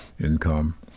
income